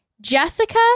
Jessica